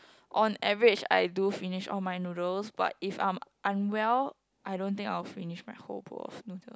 on average I do finish all my noodles but if I'm unwell I don't think I will finish my whole bowl of noodle